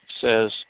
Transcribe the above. says